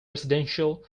residential